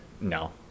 No